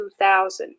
2000